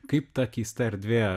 kaip ta keista erdvė